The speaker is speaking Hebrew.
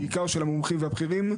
בעיקר של המומחים והבכירים,